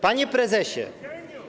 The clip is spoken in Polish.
Panie Prezesie!